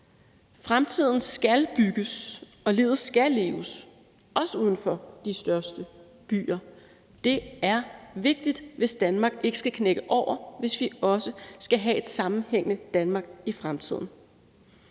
Fremtiden skalbygges og livet skal også leves uden for de største byer. Det er vigtigt, hvis Danmark ikke skal knække over, og hvis vi også skal have et sammenhængende Danmark i fremtiden.